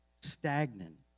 stagnant